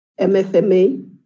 MFMA